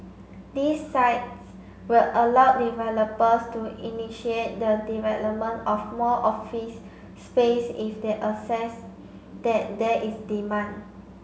these sites will allow developers to initiate the development of more office space if they assess that there is demand